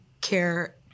care